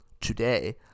today